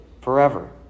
forever